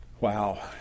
Wow